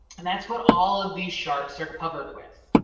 and that's what all of these sharks are covered with.